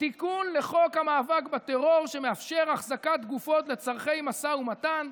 "תיקון לחוק המאבק בטרור שמאפשר החזקת גופות לצורכי משא ומתן.